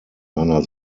einer